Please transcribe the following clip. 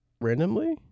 randomly